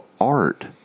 art